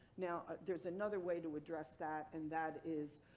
now there's another way to address that and that is